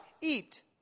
eat